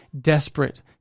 desperate